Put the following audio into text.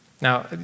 Now